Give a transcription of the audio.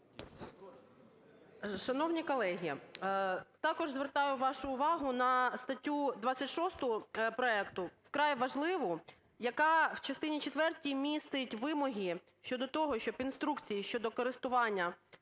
Шановні колеги, також звертаю вашу увагу на статтю 26 проекту, вкрай важливу, яка в частині четвертій містить вимоги щодо того, щоб інструкції щодо користування,